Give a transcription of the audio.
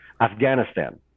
Afghanistan